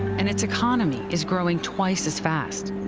and its economy is growing twice as fast.